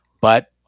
but-